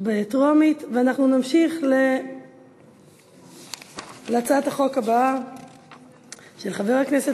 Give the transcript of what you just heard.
לדיון מוקדם בוועדה שתקבע ועדת הכנסת